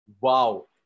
wow